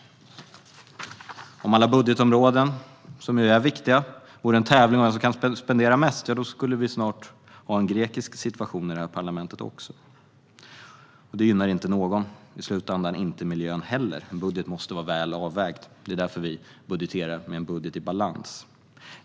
Om det för alla budgetområden, som är viktiga, vore en tävling om vem som kan spendera mest skulle vi snart ha en grekisk situation i det här parlamentet. Det gynnar inte någon i slutändan, inte miljön heller. En budget måste vara väl avvägd. Det är därför vi har en budget i balans.